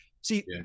See